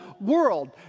world